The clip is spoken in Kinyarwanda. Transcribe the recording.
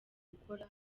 gukora